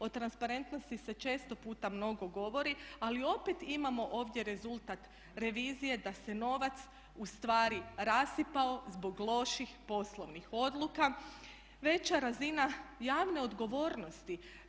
O transparentnosti se često puta mnogo govori ali opet imamo rezultat revizije da se novac ustvari rasipao zbog loših poslovnih odluka, veća razina javne odgovornosti.